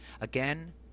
again